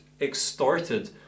extorted